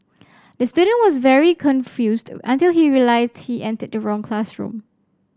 the student was very confused until he realised he entered the wrong classroom